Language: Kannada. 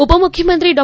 ಉಪಮುಖ್ಯಮಂತ್ರಿ ಡಾ